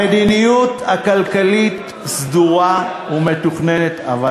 המדיניות הכלכלית סדורה ומתוכננת, אבל,